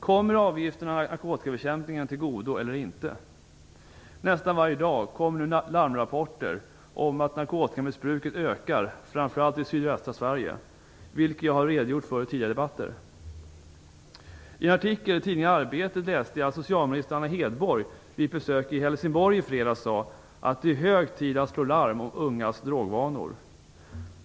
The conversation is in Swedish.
Kommer avgifterna narkotikabekämpningen till godo eller inte? Nästan varje dag kommer nu larmrapporter om att narkotikamissbruket ökar, framför allt i sydvästra Sverige, vilket jag har redogjort för i tidigare debatter. I en artikel i tidningen Arbetet läste jag att statsrådet Anna Hedborg vid ett besök i Helsingborg i fredags sade att det är hög tid att slå larm om ungas drogvanor.